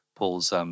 Paul's